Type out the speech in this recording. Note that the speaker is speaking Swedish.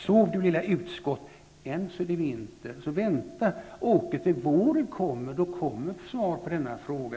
än så är det vinter. Vänta, Åke Gustavsson till våren kommer -- då kommer givetvis svar på denna fråga.